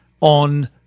on